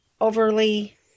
overly